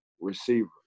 receiver